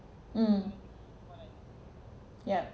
mm yeah